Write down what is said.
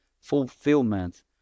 fulfillment